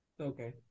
okay